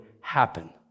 happen